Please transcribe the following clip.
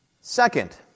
Second